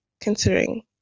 considering